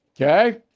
Okay